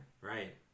Right